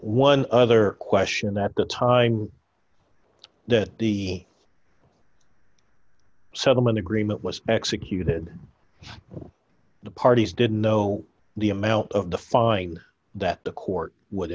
one other question that the time that the settlement agreement was executed the parties didn't know the amount of the fine that the court would